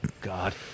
God